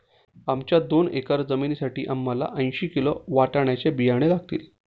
आमच्या दोन एकर जमिनीसाठी आम्हाला ऐंशी किलो वाटाण्याचे बियाणे लागतील